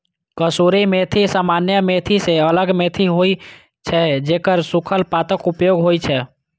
कसूरी मेथी सामान्य मेथी सं अलग मेथी होइ छै, जेकर सूखल पातक उपयोग होइ छै